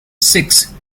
six